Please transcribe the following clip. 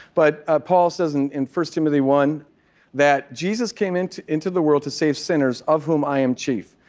but ah paul says and in first timothy one that jesus came into into the world to save sinners, of whom i am chief.